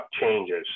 changes